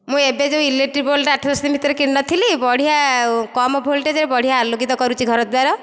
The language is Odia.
ମୁଁ ଏବେ ଯେଉଁ ଇଲେକ୍ଟ୍ରି ବଲ୍ଟା ଆଠ ଦଶ ଦିନ ଭିତରେ କିଣି ନଥିଲି ବଢ଼ିଆ କମ୍ ଭୋଲ୍ଟେଜ୍ରେ ବଢ଼ିଆ ଆଲୋକିତ କରୁଛି ଘର ଦ୍ଵାର